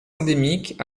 endémiques